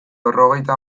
berrogeita